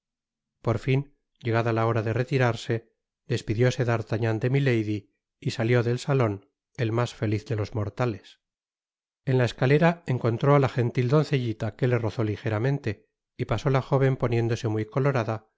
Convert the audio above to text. por fin llegada la hora de retirarse despidióse d'artagnan de milady y salió del salon el mas feliz de los mortales en la escalera encontró á la gentil doncellitaque le rozó lijeramente y pasó la jóven poniéndose muy colorada